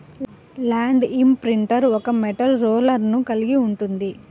land imprinter ఒక metal రోలర్ను కలిగి ఉంటుంది